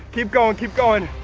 keep going, keep going.